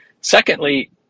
Secondly